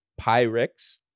Pyrex